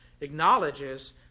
acknowledges